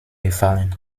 befallen